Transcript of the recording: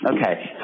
Okay